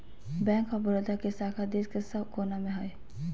bank of Baroda के शाखा देश के सब कोना मे हय